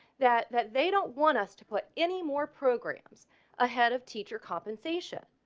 that that they don't want us to put any more programs ahead of teacher compensation.